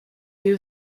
you